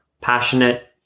passionate